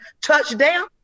touchdown